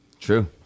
True